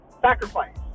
sacrifice